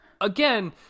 again